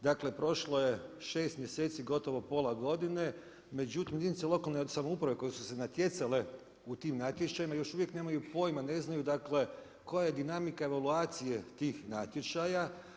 Dakle prošlo je šest mjeseci, gotovo pola godine međutim jedinice lokalne samouprave koje su se natjecale u tim natječajima još uvijek nemaju pojma, ne znaju koja je dinamika evaluacije tih natječaja.